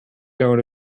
going